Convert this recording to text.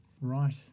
right